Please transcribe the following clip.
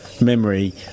memory